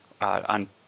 on